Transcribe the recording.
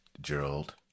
Gerald